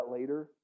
later